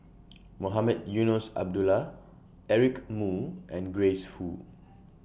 Mohamed Eunos Abdullah Eric Moo and Grace Fu